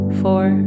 four